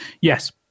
Yes